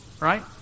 Right